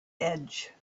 edge